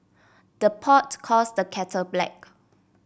the pot calls the kettle black